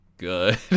good